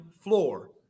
floor